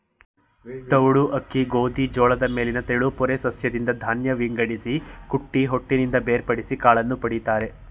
ತೌಡು ಅಕ್ಕಿ ಗೋಧಿ ಜೋಳದ ಮೇಲಿನ ತೆಳುಪೊರೆ ಸಸ್ಯದಿಂದ ಧಾನ್ಯ ವಿಂಗಡಿಸಿ ಕುಟ್ಟಿ ಹೊಟ್ಟಿನಿಂದ ಬೇರ್ಪಡಿಸಿ ಕಾಳನ್ನು ಪಡಿತರೆ